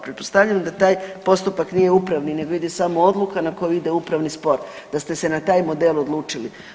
Pretpostavljam da taj postupak nije upravni nego ide samo odluka na koju ide upravni spor, da ste se na taj model odlučili.